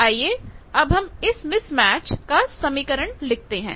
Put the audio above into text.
आइए अब हम इस मिसमैच का समीकरण लिखते हैं